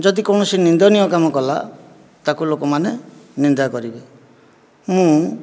ଯଦି କୌଣସି ନିନ୍ଦନୀୟ କାମ କଲା ତାକୁ ଲୋକମାନେ ନିନ୍ଦା କରିବେ ମୁଁ